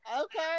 Okay